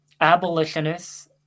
abolitionists